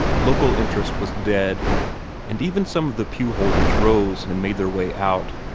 local interest was dead and even some of the pewholders rose and made their way out.